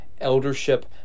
eldership